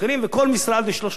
ולכל משרד יש שלוחה בתל-אביב.